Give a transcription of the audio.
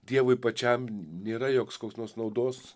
dievui pačiam nėra joks koks nors naudos